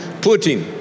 Putin